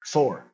Four